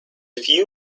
few